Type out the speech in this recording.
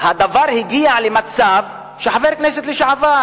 הדבר הגיע למצב שחבר כנסת לשעבר,